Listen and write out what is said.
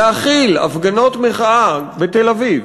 להכיל הפגנות מחאה בתל-אביב